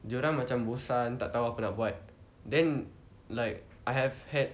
dia orang macam bosan tak tahu apa nak buat then like I have had